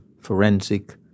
forensic